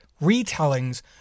retellings